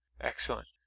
Excellent